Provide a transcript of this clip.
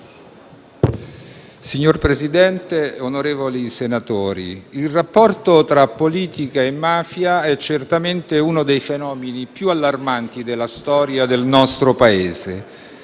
Signor Presidente, onorevoli senatori, il rapporto tra politica e mafia è certamente uno dei fenomeni più allarmanti della storia del nostro Paese.